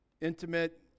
intimate